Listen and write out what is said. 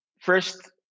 first